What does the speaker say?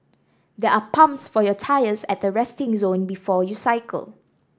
there are pumps for your tyres at the resting zone before you cycle